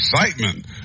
excitement